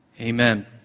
Amen